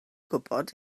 gwybod